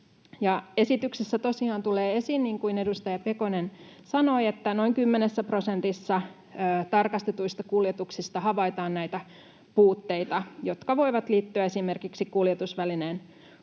Esityksessä tosiaan tulee esiin, niin kuin edustaja Pelkonen sanoi, että noin 10 prosentissa tarkastetuista kuljetuksista havaitaan näitä puutteita, jotka voivat liittyä esimerkiksi kuljetusvälineen kuntoon,